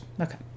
okay